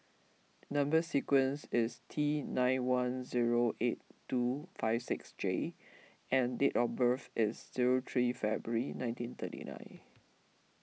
Number Sequence is T nine one zero eight two five six J and date of birth is zero three February nineteen thirty nine